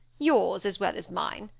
yours as well as mine.